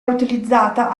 utilizzata